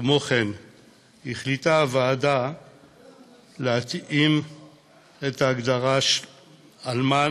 כמו כן החליטה הוועדה להתאים את ההגדרה "אלמן"